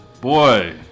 boy